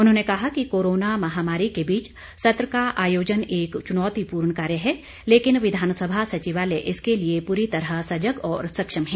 उन्होंने कहा कि कोरोना महामारी के बीच सत्र का आयोजन एक चुनौतिपूर्ण कार्य है लेकिन विधानसभा सचिवालय इसके लिए पूरी तरह सजग और सक्षम है